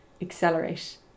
accelerate